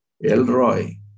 Elroy